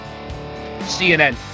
CNN